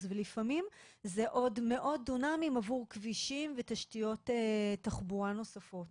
לפעמים זה עוד מאות דונמים עבור כבישים ותשתיות תחבורה נוספות